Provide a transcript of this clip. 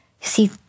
see